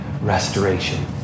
restoration